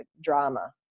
drama